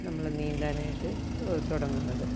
നമ്മൾ നീന്താനായിട്ട് തുടങ്ങുന്നത്